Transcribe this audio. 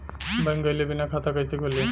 Bank गइले बिना खाता कईसे खुली?